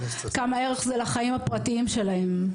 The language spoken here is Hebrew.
כמה ערך זה לחיים הפרטיים שלהם.